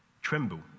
Tremble